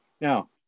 Now